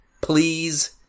please